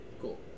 Cool